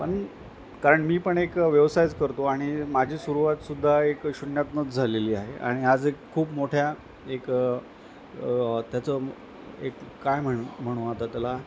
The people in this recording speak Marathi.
पण कारण मी पण एक व्यवसायच करतो आणि माझी सुरवातसुद्धा एक शून्यातूनच झालेली आहे आणि आज एक खूप मोठ्या एक त्याचं एक काय म्हण म्हणू आता त्याला